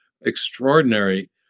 extraordinary